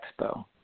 Expo